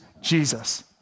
Jesus